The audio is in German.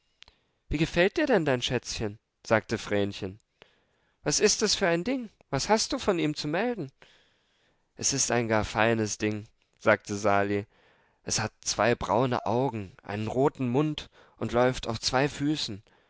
wie gefällt dir denn dein schätzchen sagte vrenchen was ist es für ein ding was hast du von ihm zu melden es ist ein gar feines ding sagte sali es hat zwei braune augen einen roten mund und läuft auf zwei füssen